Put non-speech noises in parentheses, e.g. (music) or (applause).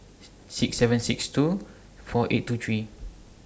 (noise) six seven six two four eight two three